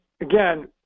again